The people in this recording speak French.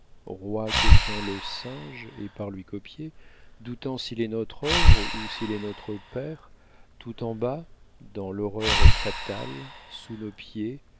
rois copiant le singe et par lui copiés doutant s'il est notre œuvre ou s'il est notre pére tout en bas dans l'horreur fatale sous nos pieds